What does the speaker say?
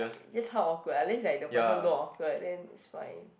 just how awkward unless like the person don't awkward then it's fine